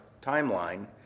timeline